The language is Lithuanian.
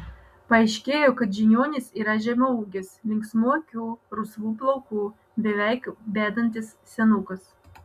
paaiškėjo kad žiniuonis yra žemaūgis linksmų akių rusvų plaukų beveik bedantis senukas